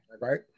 Right